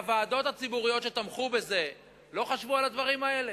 הוועדות הציבוריות שתמכו בזה לא חשבו על הדברים האלה?